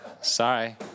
Sorry